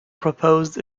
proposed